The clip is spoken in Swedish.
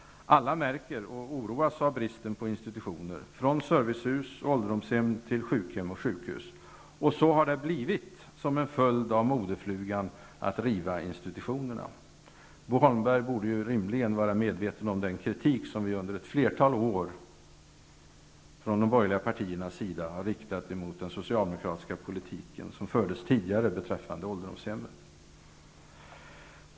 Alla märker och oroas av bristen på institutioner, från servicehus och ålderdomshem till sjukhem och sjukhus. Så har det blivit som en följd av modeflugan att riva institutionerna. Bo Holmberg borde rimligen vara medveten om den kritik vi under ett flertal år från de borgerliga partiernas sida har riktat mot den socialdemokratiska politik som fördes tidigare beträffande ålderdomshemmen.